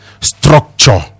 structure